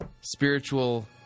spiritual